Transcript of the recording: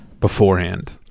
beforehand